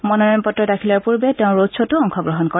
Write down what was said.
মনোনয়ন পত্ৰ দাখিলৰ পূৰ্বে তেওঁ ৰোড খতো অংশগ্ৰহণ কৰে